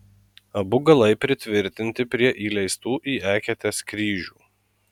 abu galai pritvirtinti prie įleistų į eketes kryžių